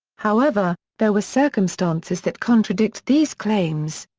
however, there were circumstances that contradict these claims.